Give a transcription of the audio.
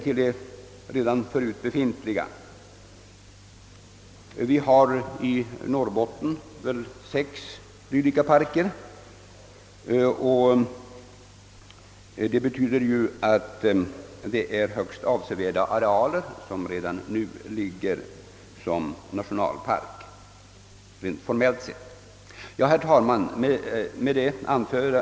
I Norrbotten har för övrigt avsevärda arealer redan tagits i anspråk för dylikt ändamål. Vi har där inte mindre än sex nationalparker. Herr talman!